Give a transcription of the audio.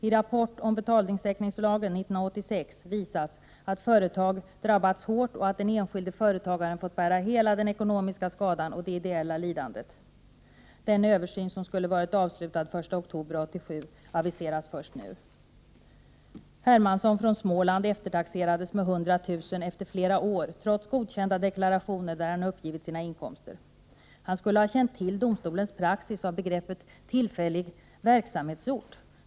I rapport om betalningssäkringslagen 1986 visas att företag drabbats hårt och att den enskilde företagaren fått ta ansvar för hela den ekonomiska skadan och bära det ideella lidandet. Den översyn som skulle ha varit avslutad i oktober 1987 aviseras först nu. Hermansson från Småland eftertaxerades med 100 000 kr. efter flera år, trots godkända deklarationer där han uppgivit sina inkomster. Han skulle ha behövt känna till domstolarnas praxis av begreppet ”tillfällig verksamhetsort”.